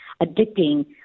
addicting